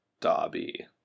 dobby